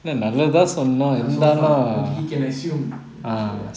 ya so far but he can assume so ya